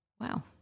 Wow